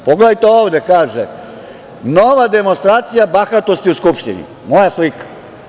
Pogledajte, ovde, pa kaže, nova demonstracija bahatosti u Skupštini i moja slika.